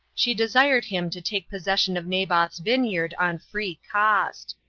she desired him to take possession of naboth's vineyard on free cost.